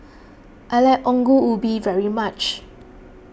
I like Ongol Ubi very much